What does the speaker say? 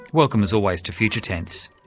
welcome as always to future tense.